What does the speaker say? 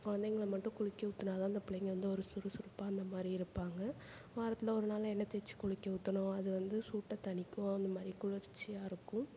குழந்தைங்கள மட்டும் குளிக்க ஊற்றுனா தான் அந்த பிள்ளைங்க வந்து ஒரு சுறுசுறுப்பாக அந்த மாதிரி இருப்பாங்க வாரத்தில் ஒரு நாள் எண்ணெய் தேய்ச்சி குளிக்க ஊற்றணும் அது வந்து சூட்டை தணிக்கும் அந்த மாதிரி குளிர்ச்சியாக இருக்கும்